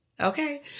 Okay